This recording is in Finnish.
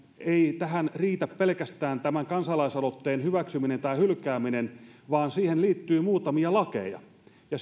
ei tähän riitä pelkästään tämän kansalaisaloitteen hyväksyminen tai hylkääminen vaan siihen liittyy muutamia lakeja ja